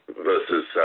versus